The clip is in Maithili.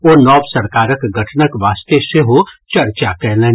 ओ नव सरकारक गठनक वास्ते सेहो चर्चा कयलनि